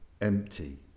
empty